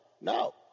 no